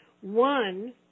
One